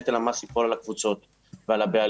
נטל המס ייפול על הקבוצות ועל הבעלים.